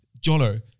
Jono